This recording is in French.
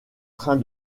train